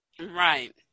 Right